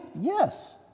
Yes